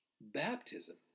Baptism